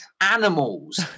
animals